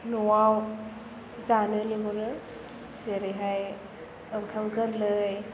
न'वाव जानो लेंहरो जेरैहाय ओंखाम गोरलै